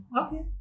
Okay